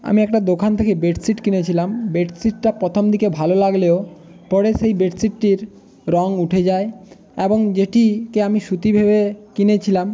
আমি একটা দোকান থেকে বেডশিট কিনেছিলাম বেডশিটটা পথম দিকে ভালো লাগলেও পরে সেই বেডশিটটির রঙ উঠে যায় এবং যেটিকে আমি সুতি ভেবে কিনেছিলাম